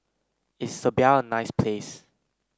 is Serbia a nice place